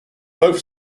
both